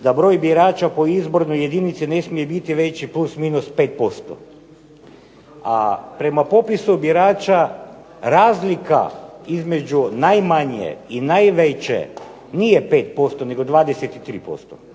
da broj birača po izbornoj jedinici ne smije biti veći plus minus 5%. A prema popisu birača razlika između najmanje i najveće nije 5% nego 23%.